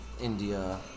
India